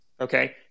okay